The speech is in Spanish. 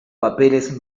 papeles